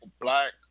black